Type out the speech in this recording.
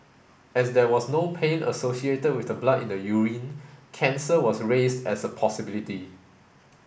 as there was no pain associated with the blood in the urine cancer was raised as a possibility